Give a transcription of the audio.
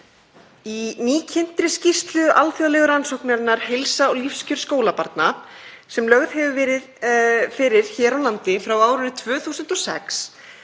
Í nýkynntri skýrslu alþjóðlegu rannsóknarinnar Heilsa og lífskjör skólanema, sem lögð hefur verið fyrir hér á landi frá árinu 2006,